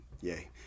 Yay